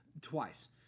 twice